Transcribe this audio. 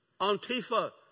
Antifa